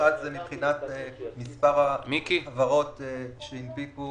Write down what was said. אחת, מספר החברות שהנפיקו